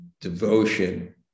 devotion